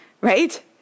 right